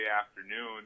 afternoon